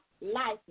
life